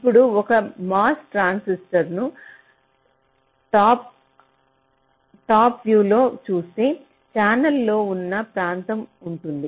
ఇప్పుడు ఒక MOS transistor ను టాప్ వ్యూలో లోtop view చూస్తే ఛానెల్ ఉన్న ప్రాంతం ఉంటుంది